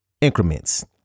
increments